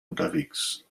unterwegs